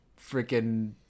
freaking